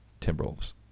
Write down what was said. Timberwolves